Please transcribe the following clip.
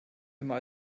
immer